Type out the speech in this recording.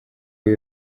uyu